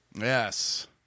Yes